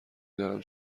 دارم